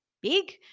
big